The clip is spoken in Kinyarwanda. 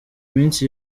minsi